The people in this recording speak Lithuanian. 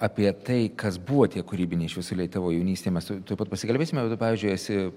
apie tai kas buvo tie kūrybiniai šviesuliai tavo jaunystėj mes tu tuoj pat pasikalbėsime o tu pavyzdžiui esi